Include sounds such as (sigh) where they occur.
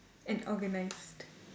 and organised (noise)